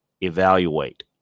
evaluate